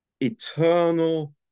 eternal